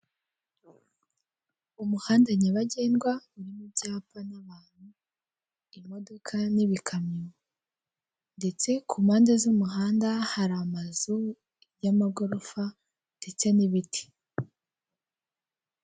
Umuhanda nyabagendwa, urimo ibyapa n'abantu, imodoka n'ibikamyo, ndetse kumpande z'umuhanda hari amazu y'amagorofa ndetse n'ibiti.